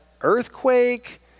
earthquake